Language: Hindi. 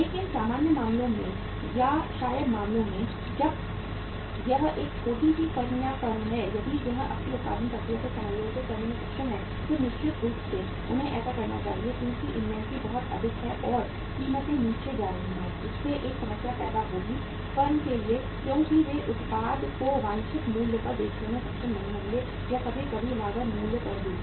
लेकिन सामान्य मामलों में या शायद मामलों में जब यह एक छोटी सी फर्म या फर्म है यदि यह अपनी उत्पादन प्रक्रिया को समायोजित करने में सक्षम है तो निश्चित रूप से उन्हें ऐसा करना चाहिए क्योंकि इन्वेंट्री बहुत अधिक है और कीमतें नीचे जा रही हैं जिससे एक समस्या पैदा होगी फर्म के लिए क्योंकि वे उत्पाद को वांछित मूल्य पर बेचने में सक्षम नहीं होंगे या कभी कभी लागत मूल्य पर भी नहीं